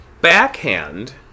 backhand